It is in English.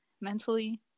mentally